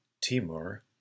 Timur